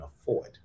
afford